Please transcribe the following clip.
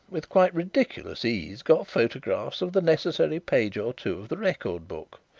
with quite ridiculous ease, got photographs of the necessary page or two of the record-book.